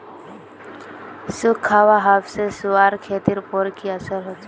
सुखखा हाबा से रूआँर खेतीर पोर की असर होचए?